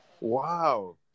Wow